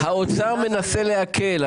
האוצר מנסה להקל,